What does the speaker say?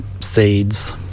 seeds